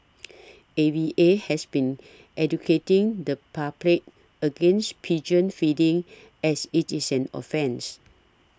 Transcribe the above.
A V A has been educating the public against pigeon feeding as it is an offence